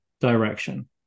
direction